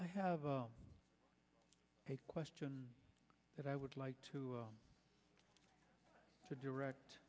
i have a question that i would like to to direct